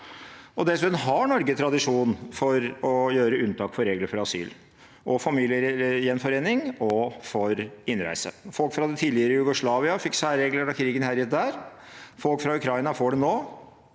Dessuten har Norge tradisjon for å gjøre unntak for regler for asyl, familiegjenforening og innreise. Folk fra det tidligere Jugoslavia fikk særregler da krigen herjet der, folk fra Ukraina får det nå.